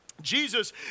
Jesus